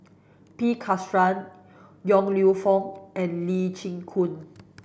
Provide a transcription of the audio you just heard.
P Krishnan Yong Lew Foong and Lee Chin Koon